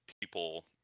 people